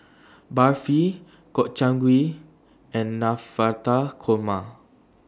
Barfi Gobchang Gui and Navratan Korma